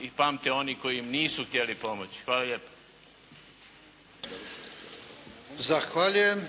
i pamte one koji im nisu htjeli pomoći. Hvala lijepo. **Jarnjak, Ivan (HDZ)** Zahvaljujem.